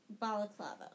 balaclava